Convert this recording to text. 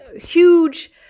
huge